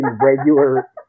regular